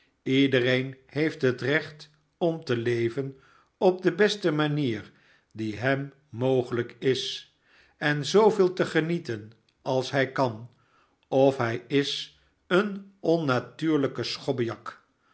iedereen heeft het recht om te leven op de beste manier die hem mogelijk is en zooveel te genieten als hij kan of hij is een onnatuurlijke